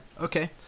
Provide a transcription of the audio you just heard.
Okay